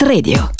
Radio